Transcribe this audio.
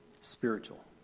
spiritual